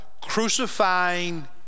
crucifying